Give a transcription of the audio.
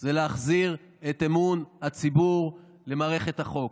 זה להחזיר את אמון הציבור במערכת החוק,